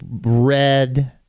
red